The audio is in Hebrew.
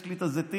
יש לי את הזיתים,